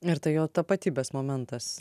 ir tai jo tapatybės momentas